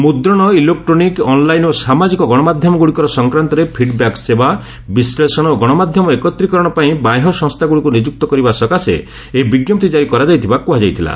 ମୁଦ୍ରଶ electronic online ଓ ସାମାଜିକ ଗଣମାଧ୍ୟମ ଗୁଡ଼ିକର ସଂକ୍ରାନ୍ତରେ ଫିଡ୍ବ୍ୟାକ୍ ସେବା ବିଶ୍ଳେଷଣ ଓ ଗଣମାଧ୍ୟମ ଏକତ୍ରୀକରଣ ପାଇଁ ବାହ୍ୟ ସଂସ୍ଥାଗୁଡ଼ିକୁ ନିଯୁକ୍ତ କରିବା ସକାଶେ ଏହି ବିଞ୍ଜପ୍ତି କାରି କରାଯାଇଥିବା କୁହାଯାଇଥିଲା